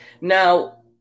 Now